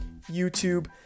YouTube